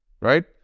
right